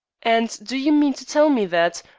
and do you mean to tell me that,